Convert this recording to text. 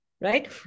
right